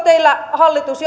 teillä hallitus